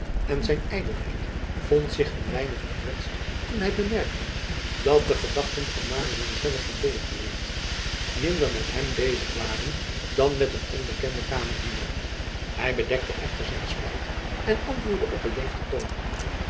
en zijn ydelheid vond zich een weinig gekwetst toen hy bemerkte dat de gedachten van mademoiselle van beverweert minder met hem bezig waren dan met een onbekenden kamerdienaar hy bedekte echter zijn spijt en antwoordde op beleefden toon